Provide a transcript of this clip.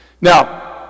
Now